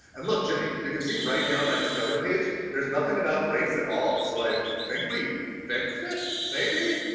and, look, jimmy, you can see right here on my discover page, there's nothing about race at all, so i think we fixed it? maybe?